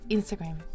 Instagram